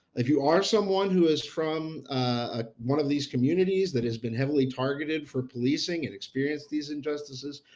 if you are someone who is from ah one of these communities that has been heavily targeted for policing and experienced these injustices,